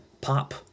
Pop